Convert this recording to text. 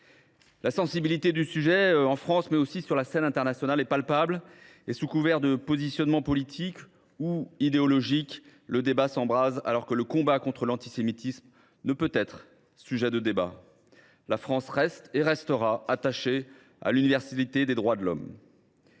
La sensibilité du sujet en France, mais aussi sur la scène internationale, est palpable. Sous couvert de positionnements politiques ou idéologiques, le débat s’embrase alors que le combat contre l’antisémitisme ne peut justement être un sujet de débat. La France reste et restera attachée à l’universalité des droits de l’homme.